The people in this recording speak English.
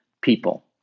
people